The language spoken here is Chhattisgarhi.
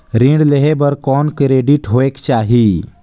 ऋण लेहे बर कौन क्रेडिट होयक चाही?